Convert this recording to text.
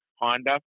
Honda